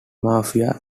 mafia